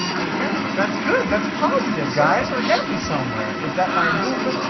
okay. that's good, that's positive guys. we're getting somewhere. is that my um